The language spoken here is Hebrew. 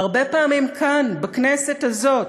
והרבה פעמים כאן, בכנסת הזאת,